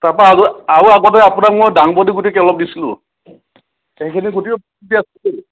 তাৰ পৰা আৰু আগতে আপোনাক মই ডাংবডি গুটিকে অলপ দিছিলো সেইখিনি গুটিও